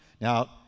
Now